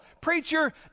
Preacher